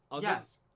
Yes